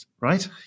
right